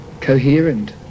coherent